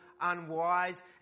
unwise